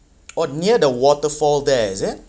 oh near the waterfall there is it